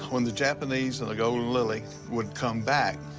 when the japanese and the golden lily would come back,